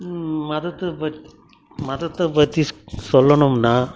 மதத்தை பத் மதத்தை பற்றி சொல்லணும்னா